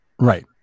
Right